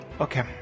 okay